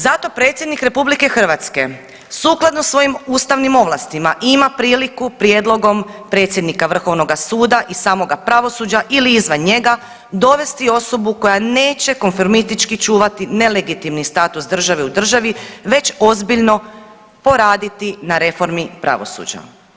Zato Predsjednik RH sukladno svojim ustavnim ovlastima ima priliku predsjednika Vrhovnoga suda i samoga pravosuđa ili izvan njega, dovesti osobu koja neće konformistički čuvati nelegitimni status države u državi već ozbiljno poraditi na reformi pravosuđa.